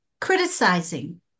criticizing